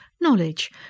knowledge